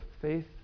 faith